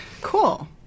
Cool